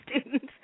students